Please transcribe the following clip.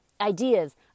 ideas